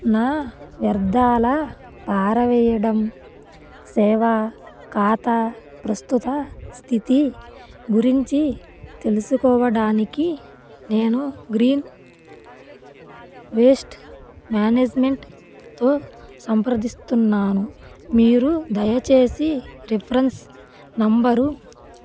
నా వ్యర్థాల పారవేయడం సేవా ఖాతా ప్రస్తుత స్థితి గురించి తెలుసుకోవడానికి నేను గ్రీన్ వేస్ట్ మేనేజ్మెంట్తో సంప్రదిస్తున్నాను మీరు దయచేసి రిఫరెన్స్ నంబర్